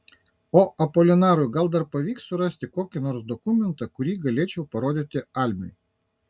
o apolinarui gal dar pavyks surasti kokį nors dokumentą kurį galėčiau parodyti almiui